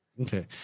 Okay